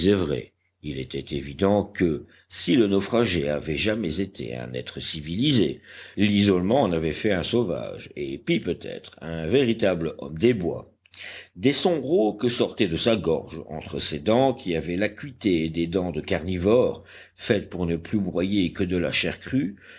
il était évident que si le naufragé avait jamais été un être civilisé l'isolement en avait fait un sauvage et pis peut-être un véritable homme des bois des sons rauques sortaient de sa gorge entre ses dents qui avaient l'acuité des dents de carnivores faites pour ne plus broyer que de la chair crue